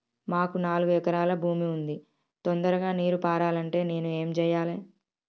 మాకు నాలుగు ఎకరాల భూమి ఉంది, తొందరగా నీరు పారాలంటే నేను ఏం చెయ్యాలే?